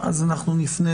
אז אנחנו נפנה